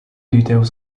details